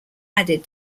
added